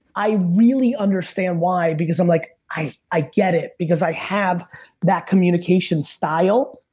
i really understand why because i'm like i i get it because i have that communication style,